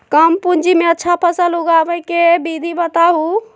कम पूंजी में अच्छा फसल उगाबे के विधि बताउ?